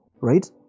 right